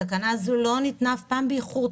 התקנה הזו לא ניתנה אף פעם באיחור,